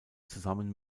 zusammen